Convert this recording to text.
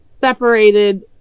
separated